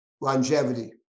longevity